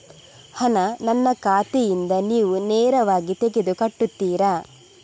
ಹಣ ನನ್ನ ಖಾತೆಯಿಂದ ನೀವು ನೇರವಾಗಿ ತೆಗೆದು ಕಟ್ಟುತ್ತೀರ?